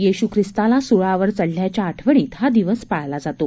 येशू ख्रिस्ताला सूळावर च वल्याच्या आठवणीत हा दिवस पाळला जातो